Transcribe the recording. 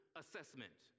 assessment